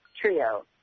trio